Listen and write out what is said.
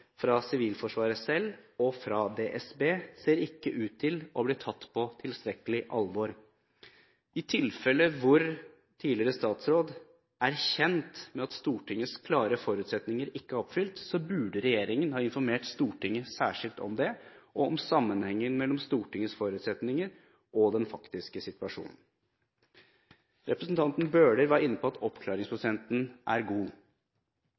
fra Sivilforsvaret selv og fra DSB, ser ikke ut til å ha blitt tatt på tilstrekkelig alvor. I tilfeller hvor tidligere statsråd er kjent med at Stortingets klare forutsetninger ikke er oppfylt, burde regjeringen ha informert Stortinget særskilt om det og om sammenhengen mellom Stortingets forutsetninger og den faktiske situasjonen. Representanten Bøhler var inne på at oppklaringsprosenten er god.